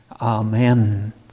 Amen